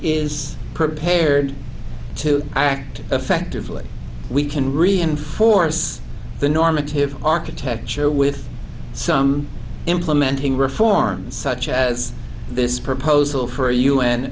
is prepared to act effectively we can reinforce the normative architecture with some implementing reforms such as this proposal for a u